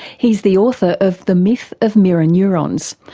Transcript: he's the author of the myth of mirror neurons.